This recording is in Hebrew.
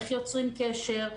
איך יוצרים קשר,